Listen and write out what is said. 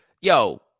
Yo